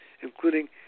including